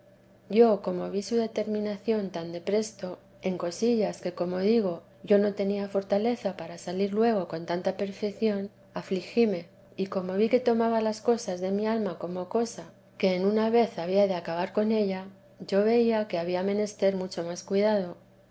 yo como vi su determinación tan de presto vida dé la santa madre en cosillas que como digo yo no tenía fortaleza para salir luego con tanta perfección afligíme y como vi que tomaba las cosas de mi alma como cosa que en una vez había de acabar con ella yo veía que había menester mucho más cuidado